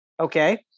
Okay